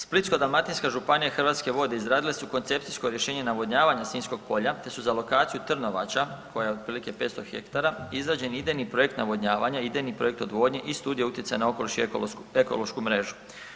Splitsko-dalmatinska županija i Hrvatske vode izradile su koncepcijsko rješenje navodnjavanja sinjskog polja, te su za lokaciju Trnovača koja je otprilike 500 hektara, izrađen je idejni projekt navodnjavanja, idejni projekt odvodnje i studio utjecaja na okoliš i ekološku mrežu.